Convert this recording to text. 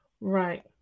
Right